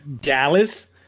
Dallas